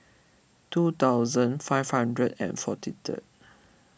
two thousand five hundred and forty third